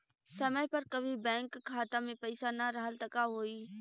समय पर कभी बैंक खाता मे पईसा ना रहल त का होई?